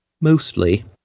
mostly